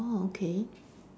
orh okay